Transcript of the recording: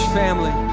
family